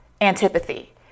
antipathy